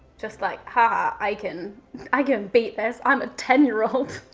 just like haha, i can i can beat this. i'm a ten year old.